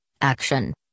Action